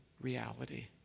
reality